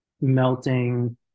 melting